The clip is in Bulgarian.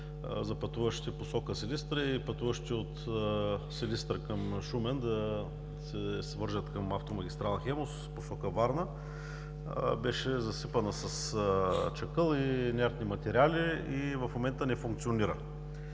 за пътуващите в посока Силистра и пътуващите от Силистра към Шумен да се свържат към автомагистрала „Хемус“ в посока Варна, беше засипана с чакъл и инертни материали и в момента не функционира.